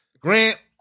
Grant